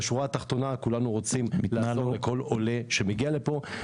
כולנו רוצים בכל עולה שמגיע לפה.